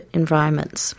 environments